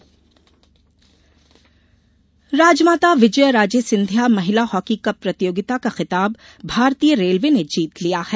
hockey Rajmata Vijayaraje Scindia महिला hockey cup प्रतियोगिता का खिताब भारतीय रेलवे ने जीत लिया है